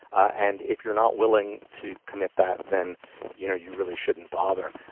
and if you're not willing to commit that then you know you really shouldn't bother.